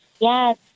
Yes